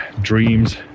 dreams